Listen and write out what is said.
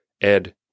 Ed